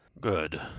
Good